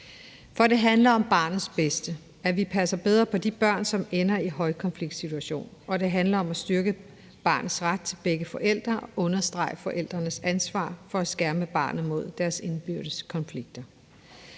For det handler om barnets bedste: at vi passer bedre på de børn, som ender i højkonfliktsituationer, og det handler om at styrke barnets ret til begge forældre og understrege forældrenes ansvar for at skærme barnet mod deres indbyrdes konflikter.